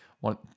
one